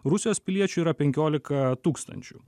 rusijos piliečių yra penkiolika tūkstančių